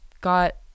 got